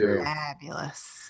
fabulous